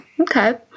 Okay